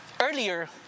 Earlier